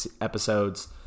episodes